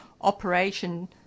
Operation